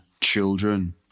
children